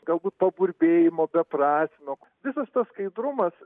galbūt to burbėjimo beprasmio visas tas skaidrumas